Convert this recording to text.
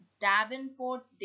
Davenport